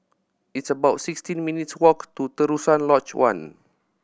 it's about sixteen minutes' walk to Terusan Lodge One